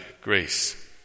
grace